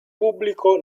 pubblico